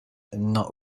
not